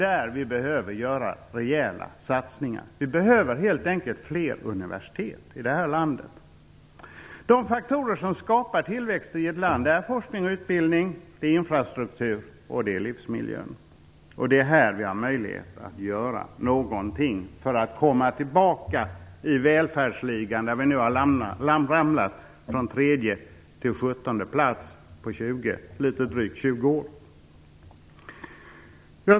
Där behöver vi göra rejäla satsningar. Vi behöver helt enkelt fler universitet i det här landet. De faktorer som skapar tillväxt i ett land är forskning, utbildning, infrastruktur och livsmiljö. Det är på dessa områden vi har möjlighet att göra någonting för att komma tillbaka i välfärdsligan, där vi har ramlat ner från tredje till sjuttonde plats på litet drygt tjugo år.